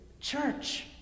church